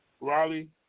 Raleigh